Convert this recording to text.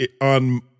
on